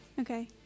Okay